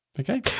Okay